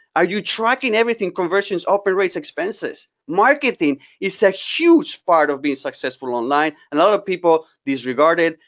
are you tracking everything, conversions, operating expenses? marketing is a huge part of being successful online and other people disregard it,